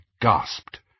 gasped